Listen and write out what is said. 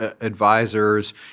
advisors